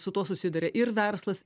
su tuo susiduria ir verslas